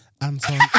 Anton